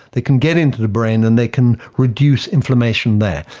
they can get into the brain and they can reduce inflammation there.